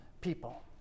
people